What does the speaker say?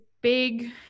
big